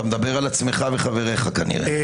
אתה מדבר על עצמך וחבריך כנראה.